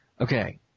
Okay